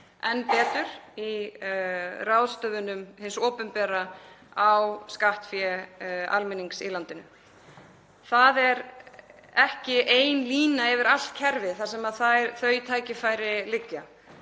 enn betur í ráðstöfunum hins opinbera á skattfé almennings í landinu. Það er ekki ein lína yfir allt kerfið þar sem þau tækifæri liggja.